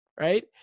right